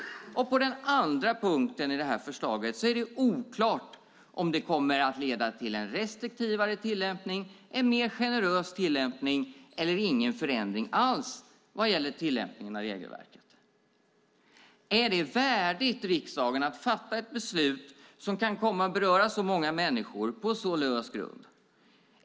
I den andra delen av förslaget är det oklart om det kommer att leda till en restriktivare tillämpning, en mer generös tillämpning eller ingen förändring alls vad gäller tillämpningen av regelverket. Är det värdigt riksdagen att fatta ett beslut som kan komma att beröra så många människor på så lös grund?